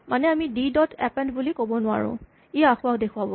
মানে আমি d dot append বুলি ক'ব নোৱাৰোঁ ই আসোঁৱাহ দেখুৱাব